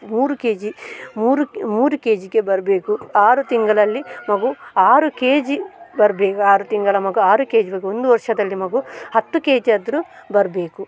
ಮೂರು ಕೆಜಿ ಮೂರು ಮೂರು ಕೆ ಜಿಗೆ ಬರಬೇಕು ಆರು ತಿಂಗಳಲ್ಲಿ ಮಗು ಆರು ಕೆಜಿ ಬರ್ಬೇಕು ಆರು ತಿಂಗಳ ಮಗು ಆರು ಕೆಜಿ ಬರ್ಬೇಕು ಒಂದು ವರ್ಷದಲ್ಲಿ ಮಗು ಹತ್ತು ಕೆಜಿ ಆದರೂ ಬರಬೇಕು